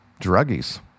druggies